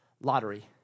lottery